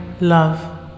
love